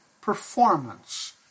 performance